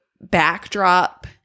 backdrop